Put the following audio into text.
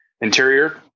interior